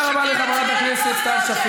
מה זה השקר המגעיל הזה?